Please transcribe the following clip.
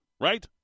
right